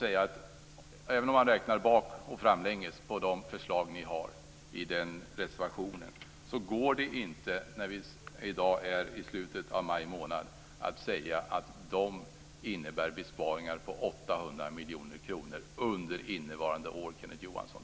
Även om man räknar både bak och framlänges på de förslag som ni har i reservationen, så går det inte, när vi i dag är i slutet av maj månad, att säga att de innebär besparingar på 800 miljoner kronor under innevarande år, Kenneth Johansson.